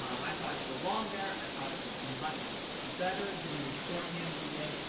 i thought it belonged there. i thought it was much better than the shorthand we did.